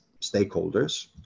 stakeholders